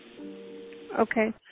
Okay